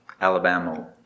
Alabama